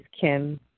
Kim